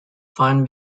fine